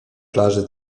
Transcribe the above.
plaży